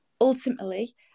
Ultimately